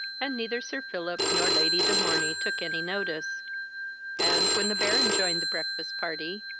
and neither sir philip nor lady de morney took any notice and, when the baron joined the breakfast-party,